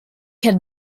had